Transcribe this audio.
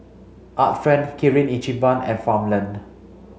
Art Friend Kirin Ichiban and Farmland